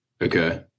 Okay